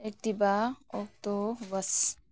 Activa auto bus